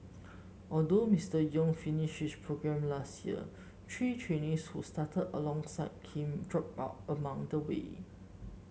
although Mister Yong finished his programme last year three trainees who started alongside him dropped out along the way